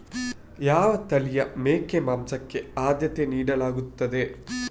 ಯಾವ ತಳಿಯ ಮೇಕೆ ಮಾಂಸಕ್ಕೆ ಆದ್ಯತೆ ನೀಡಲಾಗ್ತದೆ?